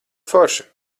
forši